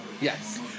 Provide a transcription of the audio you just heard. Yes